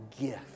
gift